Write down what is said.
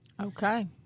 Okay